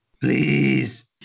Please